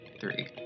three